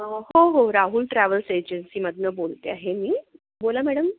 हो हो राहुल ट्रॅवल्स एजन्सीमधनं बोलते आहे मी बोला मॅडम